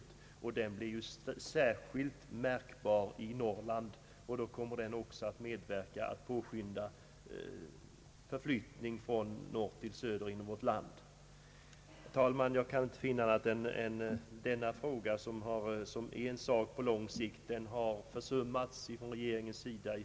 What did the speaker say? Denna pessimism blir särskilt märkbar i Norrland, och den kommer säkert att medverka till att påskynda flyttning från norr till söder inom vårt land. Herr talman! Jag kan inte finna annat än att denna fråga, som bör ses på lång sikt, i högsta grad har försummats från regeringens sida.